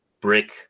brick